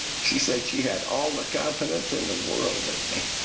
she said she had all the confidence in the world and in me.